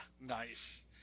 Nice